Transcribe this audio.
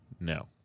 no